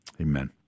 Amen